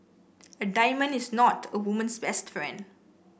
a diamond is not a woman's best friend